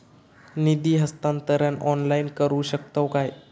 निधी हस्तांतरण ऑनलाइन करू शकतव काय?